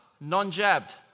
non-jabbed